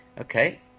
Okay